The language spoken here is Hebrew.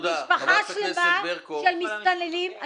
משפחה שלמה של מסתננים.